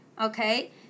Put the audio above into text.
Okay